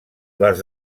les